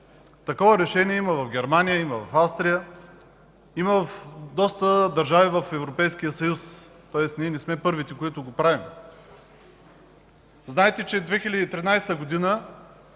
Такова решение има в Германия, има в Австрия, има в доста държави в Европейския съюз. Тоест ние не сме първите, които го правим. Знаете, че през 2013